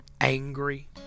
angry